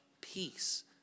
peace